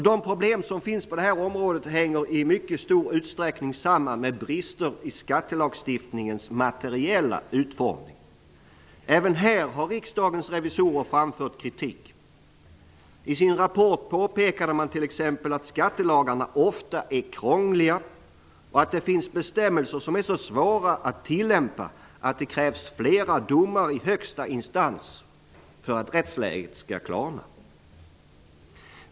De problem som finns på detta område hänger i stor utsträckning samman med brister i skattelagstiftningens materiella utformning. Även här har riksdagens revisorer framfört kritik. I sin rapport påpekade man t.ex. att skattelagarna ofta är krångliga och att det finns betämmelser som är så svåra att tillämpa att det krävs flera domar i högsta instans för att rättsläget skall klarna.